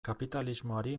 kapitalismoari